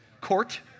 Court